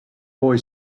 boy